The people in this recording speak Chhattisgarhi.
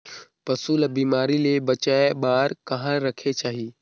पशु ला बिमारी ले बचाय बार कहा रखे चाही?